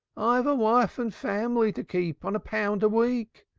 i have a wife and family to keep on a pound a week,